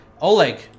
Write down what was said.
Oleg